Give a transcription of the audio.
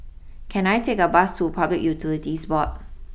can I take a bus to Public Utilities Board